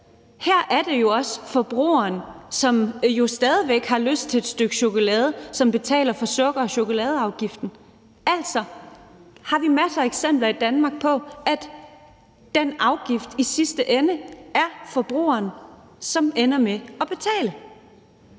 Her er det jo også forbrugeren, som jo stadig væk har lyst til et stykke chokolade, som betaler for sukker- og chokoladeafgiften. Vi har altså masser af eksempler i Danmark på, at den afgift er det i sidste ende forbrugeren, som ender med at betale.